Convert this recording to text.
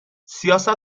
سیاست